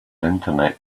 internet